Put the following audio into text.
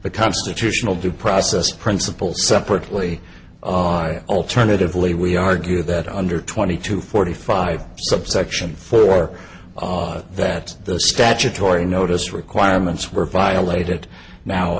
the constitutional due process principle separately alternatively we argue that under twenty to forty five subsection four of that the statutory notice requirements were violated now